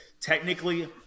Technically